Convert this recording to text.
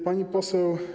Pani poseł.